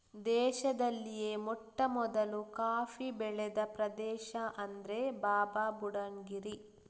ದೇಶದಲ್ಲಿಯೇ ಮೊಟ್ಟಮೊದಲು ಕಾಫಿ ಬೆಳೆದ ಪ್ರದೇಶ ಅಂದ್ರೆ ಬಾಬಾಬುಡನ್ ಗಿರಿ